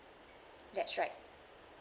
that's right